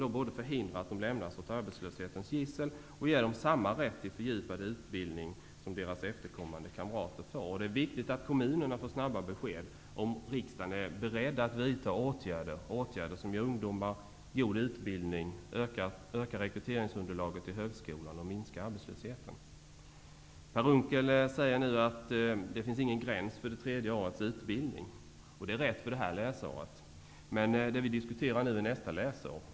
Det förhindrar att de lämnas åt arbetslöshetens gissel och ger dem samma rätt till fördjupad utbildning som deras efterkommande kamrater får. Det är viktigt att kommunerna får snabba besked om riksdagen är beredd att vidta åtgärder. Det skall vara åtgärder som ger ungdomar god utbildning, ökar rekryteringsunderlaget till högskolan och minskar arbetslösheten. Per Unckel säger nu att det finns ingen gräns för utbildning ett tredje år. Det är riktigt när det gäller det här läsåret. Men det vi nu diskuterar är nästa läsår.